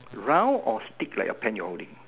round or stick like a pen you are holding